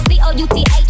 C-O-U-T-H